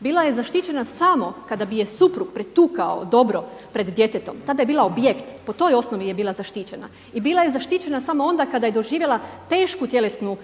bila je zaštićena samo kada bi je suprug pretukao dobro pred djetetom, tada je bila objekt, po toj osnovi je bila zaštićena. I bila je zaštićena samo onda kada je doživjela tešku tjelesnu